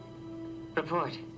Report